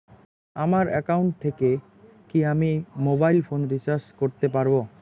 আমার একাউন্ট থেকে কি আমি মোবাইল ফোন রিসার্চ করতে পারবো?